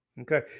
Okay